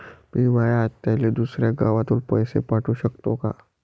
मी माया आत्याले दुसऱ्या गावातून पैसे पाठू शकतो का?